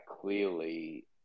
clearly